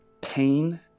pain